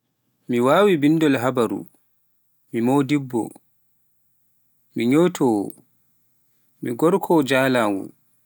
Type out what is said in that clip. Mi waawii binndol habaru, mi moodibbo, mi nƴootoowo, mi gorko jaalaawu.